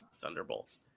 Thunderbolts